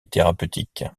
thérapeutique